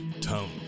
Tone